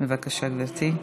בבקשה, גברתי.